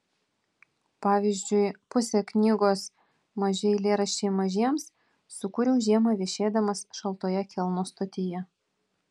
pavyzdžiui pusę knygos maži eilėraščiai mažiems sukūriau žiemą viešėdamas šaltoje kelno stotyje